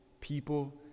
people